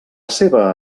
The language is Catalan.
seva